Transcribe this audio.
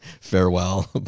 farewell